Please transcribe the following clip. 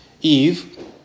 Eve